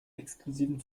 exklusiven